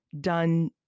done